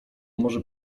może